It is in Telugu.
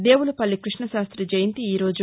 దేవులపల్లి కృష్ణశాస్తి జయంతి ఈరోజు